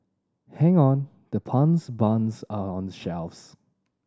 hang on the puns buns are shelves